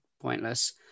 pointless